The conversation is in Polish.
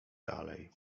dalej